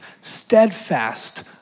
steadfast